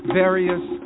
various